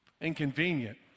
Inconvenient